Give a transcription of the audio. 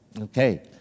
Okay